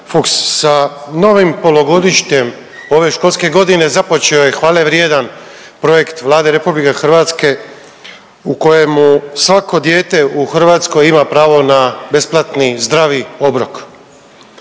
Fuchs, sa novim polugodištem ove školske godine započeo je hvale vrijedan projekt Vlade RH u kojemu svako dijete u Hrvatskoj ima pravo na besplatni zdravi obrok.